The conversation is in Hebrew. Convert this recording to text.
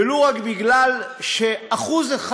ולו רק בגלל ש-1%,